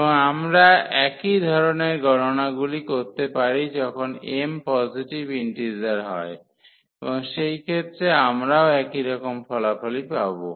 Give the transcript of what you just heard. এবং আমরা একই ধরণের গণনাগুলি করতে পারি যখন m পজিটিভ ইন্টিজার হয় এবং সেই ক্ষেত্রে আমরাও একইরকম ফলাফলই পাব